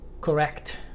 correct